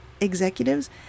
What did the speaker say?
executives